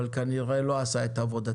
אבל הוא כנראה לא עשה את עבודתו,